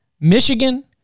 Michigan